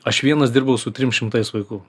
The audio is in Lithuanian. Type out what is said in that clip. aš vienas dirbau su trim šimtais vaikų